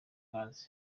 gaz